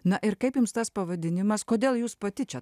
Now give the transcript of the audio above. na ir kaip jums tas pavadinimas kodėl jūs pati čia